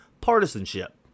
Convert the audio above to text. partisanship